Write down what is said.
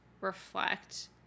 reflect